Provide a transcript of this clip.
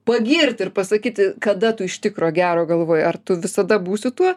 pagirt ir pasakyti kada tu iš tikro gero galvoji ar tu visada būsi tuo